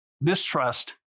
Mistrust